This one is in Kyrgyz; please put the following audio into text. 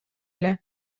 эле